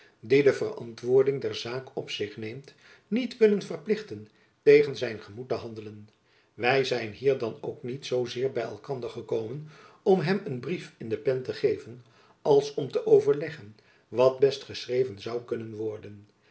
de verantwoording der zaak op zich neemt niet kunnen verplichten tegen zijn gemoed te handelen wy zijn hier dan ook niet zoo zeer by elkander gekomen om hem een brief in de pen te geven als om te overleggen wat best geschreven zoû kunnen worden